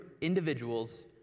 individuals